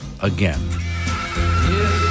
again